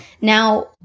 Now